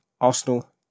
Arsenal